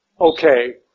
okay